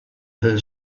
her